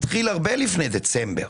התחיל הרבה לפני דצמבר.